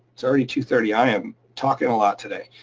it's already two thirty, i am talking a lot today.